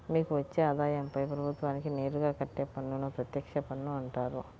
మీకు వచ్చే ఆదాయంపై ప్రభుత్వానికి నేరుగా కట్టే పన్నును ప్రత్యక్ష పన్ను అంటారు